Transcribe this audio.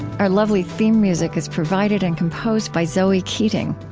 our lovely theme music is provided and composed by zoe keating.